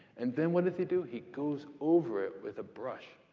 and then what does he do? he goes over it with a brush.